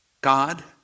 God